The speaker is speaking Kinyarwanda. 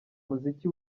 muziki